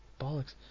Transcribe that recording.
bollocks